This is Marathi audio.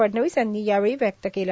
फडणवीस यांनी यावेळी व्यक्त केला